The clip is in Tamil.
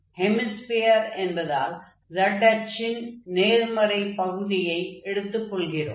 ஹெமிஸ்பியர் என்பதால் z அச்சின் நேர்மறை பகுதியை எடுத்துக் கொள்கிறோம்